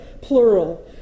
plural